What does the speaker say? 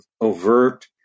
overt